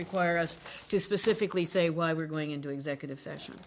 require us to specifically say why we're going into executive session